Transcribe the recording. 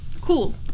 Cool